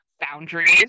boundaries